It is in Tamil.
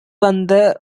வந்த